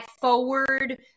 forward